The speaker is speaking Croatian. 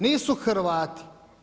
Nisu Hrvati.